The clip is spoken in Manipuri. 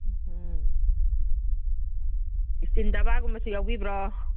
ꯎꯝ ꯏꯁꯇꯤꯟ ꯗꯕꯥꯒꯨꯝꯕꯁꯨ ꯌꯥꯎꯕꯤꯕ꯭ꯔꯣ